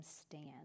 stand